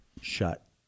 shut